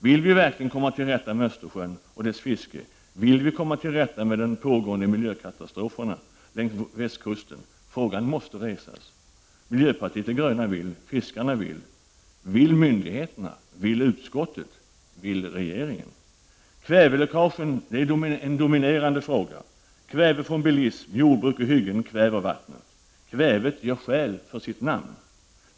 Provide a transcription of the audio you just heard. Vill vi verkligen komma till rätta med Östersjön och dess fiske? Vill vi komma till rätta med den pågående miljökatastrofen längs västkusten? Frågorna måste resas. Miljöpartiet de gröna vill, och fiskarna vill. Vill myndigheterna? Vill utskottet? Vill regeringen? Kväveläckagen är en dominerande fråga. Kväve från bilism, jordbruk och hyggen kväver vattnet. Kvävet gör skäl för sitt namn.